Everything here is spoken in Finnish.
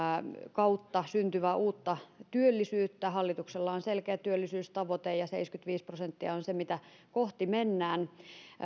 kautta syntyvää uutta työllisyyttä hallituksella on selkeä työllisyystavoite ja ja seitsemänkymmentäviisi prosenttia on se mitä kohti mennään